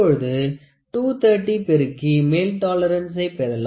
இப்பொழுது 230 பெருக்கி மேல் டாலரன்சை பெறலாம்